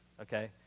okay